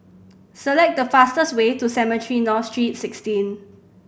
select the fastest way to Cemetry North Street Sixteen